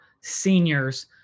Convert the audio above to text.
seniors